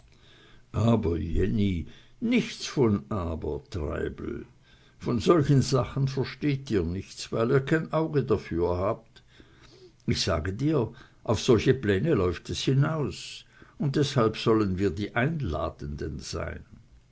aber jenny nichts von aber treibel von solchen sachen versteht ihr nichts weil ihr kein auge dafür habt ich sage dir auf solche pläne läuft es hinaus und deshalb sollen wir die einladenden sein